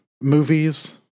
movies